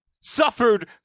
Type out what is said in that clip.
suffered